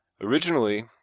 Originally